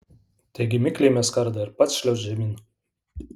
taigi mikliai mesk kardą ir pats šliaužk žemyn